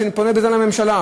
ואני פונה בזה לממשלה,